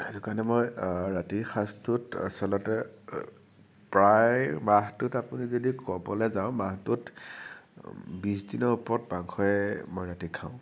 সেইটো কাৰণে মই ৰাতিৰ সাঁজটোত আচলতে প্ৰায় মাহটোত আপুনি যদি ক'বলৈ যাওঁ মাহটোত বিশ দিনৰ ওপৰত মাংসই মই ৰাতি খাওঁ